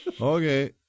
Okay